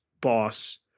boss